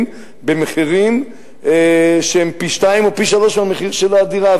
במחירים שהם פי-שניים או פי-שלושה מהמחיר של הדירה.